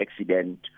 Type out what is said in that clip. accident